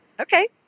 Okay